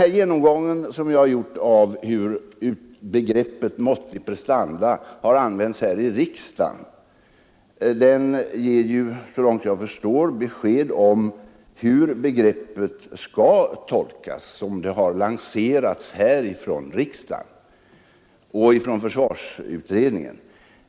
Den genomgång som jag har gjort av begreppet ”måttlig prestanda”, ger såvitt jag förstår besked om hur det begreppet skall tolkas som har lanserats här i riksdagen och i försvarsutredningen.